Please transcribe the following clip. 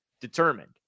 determined